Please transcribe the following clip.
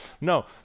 No